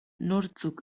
nortzuk